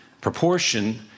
proportion